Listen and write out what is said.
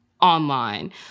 online